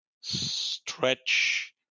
stretch